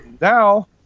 now